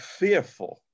fearful